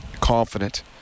confident